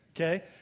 okay